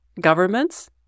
governments